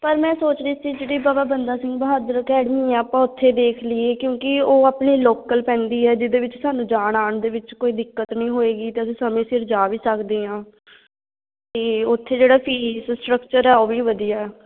ਪਰ ਮੈਂ ਸੋਚ ਰਹੀ ਸੀ ਜਿਹੜੀ ਬਾਬਾ ਬੰਦਾ ਸਿੰਘ ਬਹਾਦਰ ਅਕੈਡਮੀ ਆ ਆਪਾਂ ਉੱਥੇ ਦੇਖ ਲਈਏ ਕਿਉਂਕਿ ਉਹ ਆਪਣੇ ਲੋਕਲ ਪੈਂਦੀ ਹੈ ਜਿਹਦੇ ਵਿੱਚ ਸਾਨੂੰ ਜਾਣ ਆਉਣ ਦੇ ਵਿੱਚ ਕੋਈ ਦਿੱਕਤ ਨਹੀਂ ਹੋਏਗੀ ਤਾਂ ਅਸੀਂ ਸਮੇਂ ਸਿਰ ਜਾ ਵੀ ਸਕਦੇ ਹਾਂ ਅਤੇ ਉੱਥੇ ਜਿਹੜਾ ਫੀਸ ਸਟਕਚਰ ਆ ਉਹ ਵੀ ਵਧੀਆ